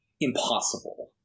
impossible